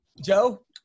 Joe